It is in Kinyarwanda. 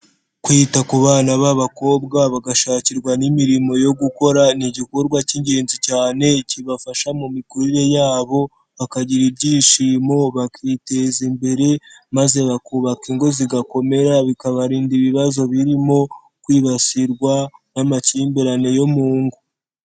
Kwita ku bana b'abakobwa bagashakirwa n'imirimo yo gukora, ni igikorwa cy'ingenzi cyane kibafasha mu mikurire yabo, bakagira ibyishimo bakiteza imbere maze bakubaka ingo zigakomera, bikabarinda ibibazo birimo kwibasirwa n'amakimbirane yo mu ngo.